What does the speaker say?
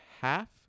half